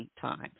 times